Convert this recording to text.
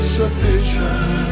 sufficient